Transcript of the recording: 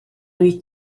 wyt